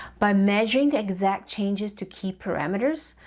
by measuring the exact changes to key parameters,